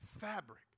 fabric